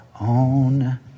own